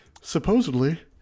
supposedly